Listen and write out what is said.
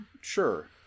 Sure